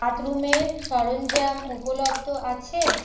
বাথরুমের সরঞ্জাম উপলব্ধ আছে